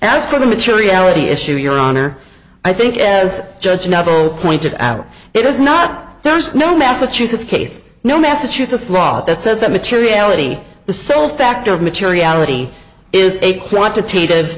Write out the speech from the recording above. the materiality issue your honor i think as judge noble pointed out it is not there is no massachusetts case no massachusetts law that says that materiality the sole factor of materiality is a quantitative